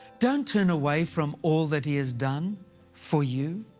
don't turn away from all that he has done for you.